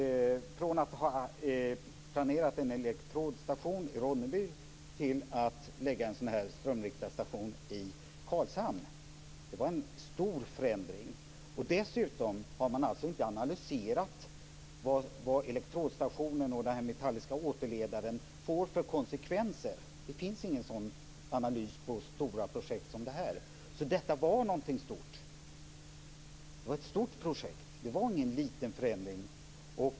Från att ha planerat en elektrodstation i Ronneby ändrade man till att lägga en strömriktarstation i Karlshamn. Det var en stor förändring. Dessutom har man inte analyserat vad elektrodstationen och den metalliska återledaren får för konsekvenser. Det finns ingen sådan analys på ett så stort projekt som detta. Det var någontings stort, ett stort projekt, det var ingen liten förändring.